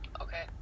Okay